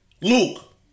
Luke